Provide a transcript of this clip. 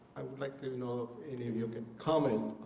i would like to know if any of you could comment